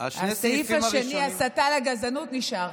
הסתה לגזענות, נשאר.